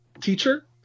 teacher